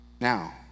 Now